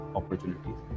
opportunities